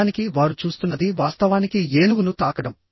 నిజానికి వారు చూస్తున్నది వాస్తవానికి ఏనుగును తాకడం